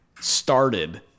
started